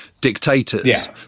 dictators